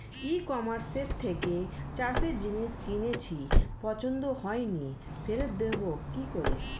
ই কমার্সের থেকে চাষের জিনিস কিনেছি পছন্দ হয়নি ফেরত দেব কী করে?